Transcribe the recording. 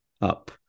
up